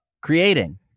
creating